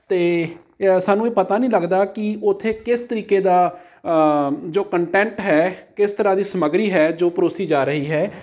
ਅਤੇ ਸਾਨੂੰ ਇਹ ਪਤਾ ਨਹੀਂ ਲੱਗਦਾ ਕਿ ਉੱਥੇ ਕਿਸ ਤਰੀਕੇ ਦਾ ਜੋ ਕੰਟੈਂਟ ਹੈ ਕਿਸ ਤਰ੍ਹਾਂ ਦੀ ਸਮੱਗਰੀ ਹੈ ਜੋ ਪਰੋਸੀ ਜਾ ਰਹੀ ਹੈ